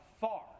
far